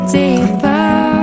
deeper